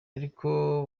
ariko